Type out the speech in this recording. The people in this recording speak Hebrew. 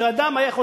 15 שנה.